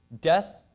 Death